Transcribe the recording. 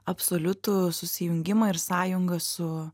absoliutų susijungimą ir sąjungą su